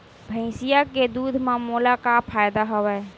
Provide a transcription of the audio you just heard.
भैंसिया के दूध म मोला का फ़ायदा हवय?